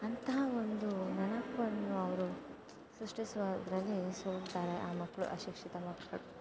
ಅಂತಹ ಒಂದು ನೆನಪನ್ನು ಅವರು ಸೃಷ್ಟಿಸುವ ಇದರಲ್ಲಿ ಸೋಲ್ತಾರೆ ಆ ಮಕ್ಕಳು ಅಶಿಕ್ಷಿತ ಮಕ್ಕಳು